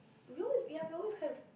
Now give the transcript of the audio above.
we always ya we always kind of